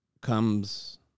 comes